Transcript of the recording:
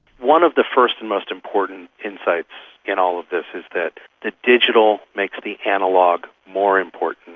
one of the first and most important insights in all of this is that the digital makes the analogue more important,